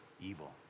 evil